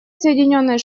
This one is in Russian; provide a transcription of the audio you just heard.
соединенные